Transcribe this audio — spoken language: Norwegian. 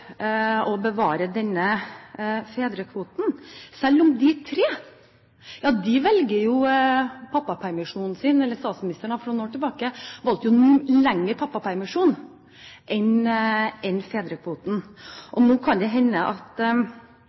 å bevare denne fedrekvoten, selv om de tre velger å ta ut pappapermisjonen sin. Statsministeren valgte jo for noen år tilbake å ta lengre pappapermisjon enn fedrekvoten. Nå kan det hende at